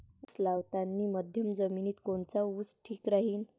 उस लावतानी मध्यम जमिनीत कोनचा ऊस ठीक राहीन?